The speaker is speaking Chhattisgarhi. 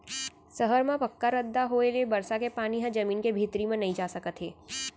सहर म पक्का रद्दा होए ले बरसा के पानी ह जमीन के भीतरी म नइ जा सकत हे